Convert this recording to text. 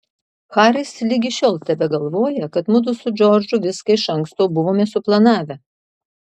haris ligi šiol tebegalvoja kad mudu su džordžu viską iš anksto buvome suplanavę